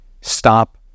stop